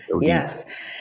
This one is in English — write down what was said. Yes